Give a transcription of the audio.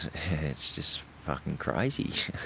it's just fucking crazy,